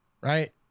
right